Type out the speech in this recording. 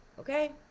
okay